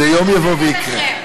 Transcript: זה יום יבוא ויקרה.